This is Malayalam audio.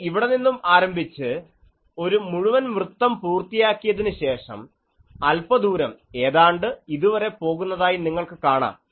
ഇത് ഇവിടെ നിന്നും ആരംഭിച്ച് ഒരു മുഴുവൻ വൃത്തം പൂർത്തിയാക്കിയതിനുശേഷം അൽപ്പദൂരം ഏതാണ്ട് ഇതുവരെ പോകുന്നതായി നിങ്ങൾക്ക് കാണാം